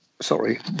sorry